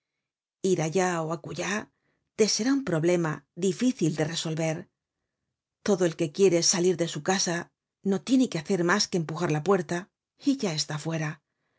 ir allá ó acullá te será un problema difícil de resolver todo el que quiere salir de su casa no tiene que hacer mas que empujar la puerta y ya está fuera tú